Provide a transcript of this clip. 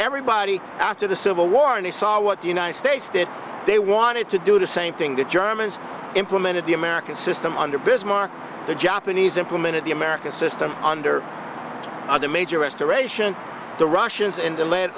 everybody after the civil war and they saw what the united states did they wanted to do the same thing the germans implemented the american system under bismarck the japanese implemented the american system under other major restoration the russians in